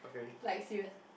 like serious